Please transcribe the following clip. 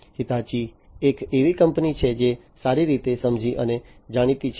Hitachi એક એવી કંપની છે જે સારી રીતે સમજી અને જાણીતી છે